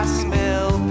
smell